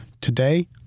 today